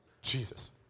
Jesus